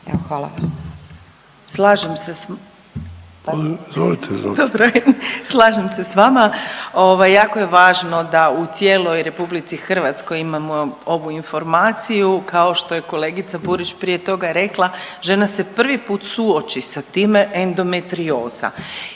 ajde, slažem se s vama. Ovaj jako je važno da u cijeloj RH imamo ovu informaciju. Kao što je kolegica Burić prije toga rekla žena se prvi put suoči sa time endometrioza